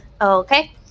Okay